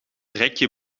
rekje